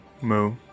Moo